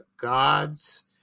gods